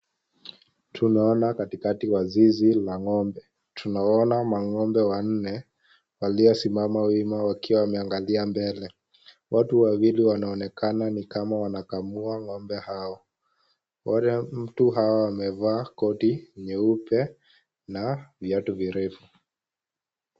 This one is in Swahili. Tunaona Kati kati wa zizi la ng'ombe. Tunaona mang'ombe wanne waliosimama wima wakiwa wameangalia mbele. Watu wawili wanaonekana ni kama wanakamua ng'ombe hawa. Mtu amevaa koti nyeupe na viatu virefu.